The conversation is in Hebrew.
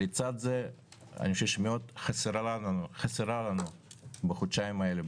לצד זה אני חושב שמאוד חסרה לנו ועדת האתיקה בחודשיים האלה,